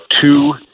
two